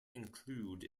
include